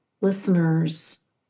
listeners